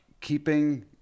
keeping